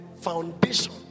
foundation